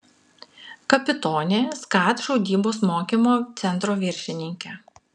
kapitonė skat šaudybos mokymo centro viršininkė